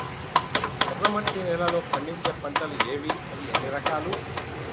ఎర్రమట్టి నేలలో పండించే పంటలు ఏవి? అవి ఎన్ని రకాలు?